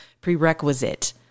prerequisite